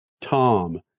Tom